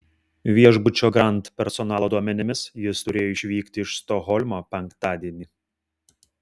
viešbučio grand personalo duomenimis jis turėjo išvykti iš stokholmo penktadienį